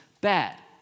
bad